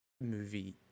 movie